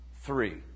Three